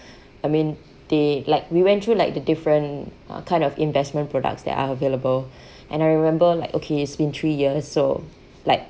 I mean they like we went through like the different kind of investment products that are available and I remember like okay it's been three years so like